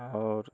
आओर